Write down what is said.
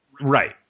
Right